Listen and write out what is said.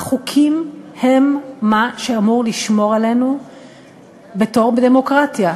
החוקים הם מה שאמור לשמור עלינו בתור דמוקרטיה,